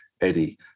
Eddie